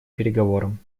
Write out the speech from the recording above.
переговорам